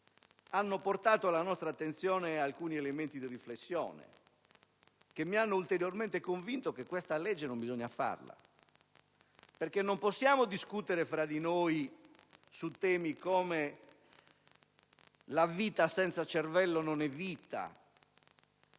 hanno portato alla nostra attenzione alcuni elementi di riflessione, che mi hanno ulteriormente convinto che non bisogna varare questa legge. Non possiamo discutere fra di noi su questioni come «la vita senza cervello non è vita»,